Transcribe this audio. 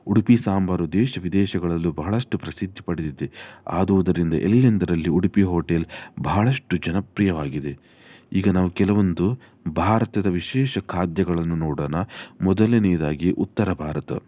ಉಡುಪಿ ಸಾಂಬಾರು ದೇಶ ವಿದೇಶಗಳಲ್ಲೂ ಬಹಳಷ್ಟು ಪ್ರಸಿದ್ಧಿ ಪಡೆದಿದೆ ಆದುದರಿಂದ ಎಲ್ಲೆಂದರಲ್ಲಿ ಉಡುಪಿ ಹೋಟೆಲ್ ಭಾಳಷ್ಟು ಜನಪ್ರಿಯವಾಗಿದೆ ಈಗ ನಾವು ಕೆಲವೊಂದು ಭಾರತದ ವಿಶೇಷ ಖಾದ್ಯಗಳನ್ನು ನೋಡಣ ಮೊದಲನೆಯದಾಗಿ ಉತ್ತರ ಭಾರತ